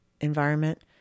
environment